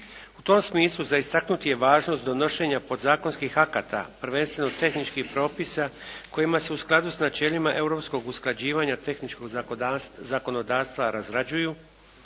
U tom smislu za istaknuti je važnost donošenja podzakonskih akata, prvenstveno tehničkih propisa kojima se u skladu s načelima europskog usklađivanja tehničkog zakonodavstva razrađuju,